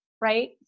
right